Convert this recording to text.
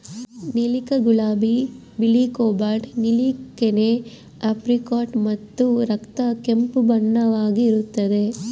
ನೀಲಕ ಗುಲಾಬಿ ಬಿಳಿ ಕೋಬಾಲ್ಟ್ ನೀಲಿ ಕೆನೆ ಏಪ್ರಿಕಾಟ್ ಮತ್ತು ರಕ್ತ ಕೆಂಪು ಬಣ್ಣವಾಗಿರುತ್ತದೆ